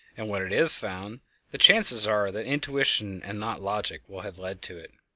and when it is found the chances are that intuition and not logic will have led to it.